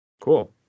cool